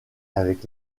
avec